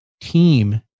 team